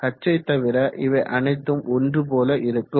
h யை தவிர இவை அனைத்தும் ஒன்று போல இருக்கும்